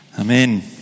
Amen